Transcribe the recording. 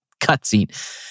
cutscene